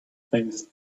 famous